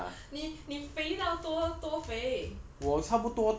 你你肥到多多肥